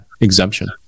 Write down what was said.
exemption